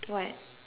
what